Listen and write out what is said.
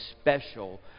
special